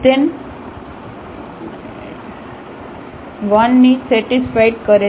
ને સેટિસ્ફાઇડ કરે છે